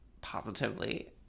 positively